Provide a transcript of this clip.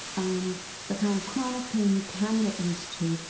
and the kind of chronic pain you can get used to,